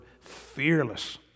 fearless